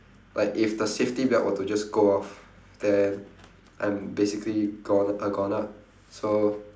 like if the safety belt were to just go off then I'm basically gone~ a goner so